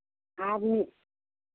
आदमी